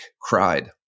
cried